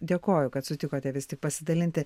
dėkoju kad sutikote vis tik pasidalinti